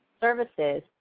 services